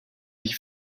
ich